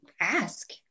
Ask